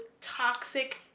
toxic